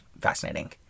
fascinating